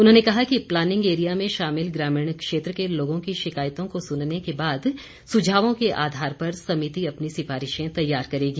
उन्होंने कहा कि प्लानिंग एरिया में शामिल ग्रामीण क्षेत्र के लोगों की शिकायतों को सुनने के बाद सुझावों के आधार पर समिति अपनी सिफारिशें तैयार करेगी